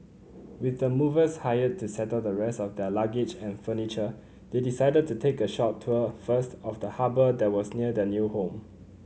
with the movers hired to settle the rest of their luggage and furniture they decided to take a short tour first of the harbour that was near their new home